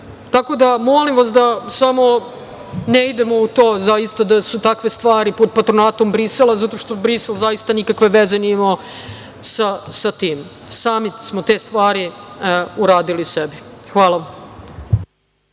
zemlji. Molim vas da samo ne idemo u to zaista da su takve stvari pod patronatom Brisela zato što Brisel zaista nikakve veze nije imao sa tim. Sami smo te stvari uradili sebi. Hvala.